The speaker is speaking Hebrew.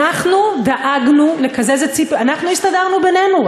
אנחנו דאגנו לקזז את ציפי, אנחנו הסתדרנו בינינו.